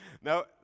No